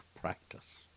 practice